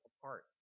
apart